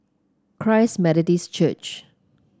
Christ Methodist Church